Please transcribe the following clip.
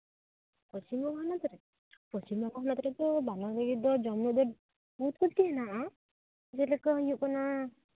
ᱯᱚᱥᱪᱤᱢ ᱵᱚᱝᱜᱚ ᱯᱚᱱᱚᱛ ᱨᱮ ᱯᱚᱥᱪᱤᱢ ᱵᱚᱝᱜᱚ ᱯᱚᱱᱚᱛ ᱨᱮᱫᱚ ᱵᱟᱸᱜᱟᱞᱤ ᱫᱚ ᱡᱚᱢᱼᱧᱩ ᱫᱚ ᱵᱚᱦᱩᱛ ᱠᱤᱪᱷᱩ ᱦᱮᱱᱟᱜᱼᱟ ᱡᱮᱞᱮᱠᱟ ᱦᱩᱭᱩᱜ ᱠᱟᱱᱟ ᱡᱤᱞ ᱢᱚᱫᱽᱫᱷᱮ ᱨᱮᱫᱚ